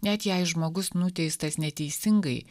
net jei žmogus nuteistas neteisingai